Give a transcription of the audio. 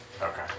Okay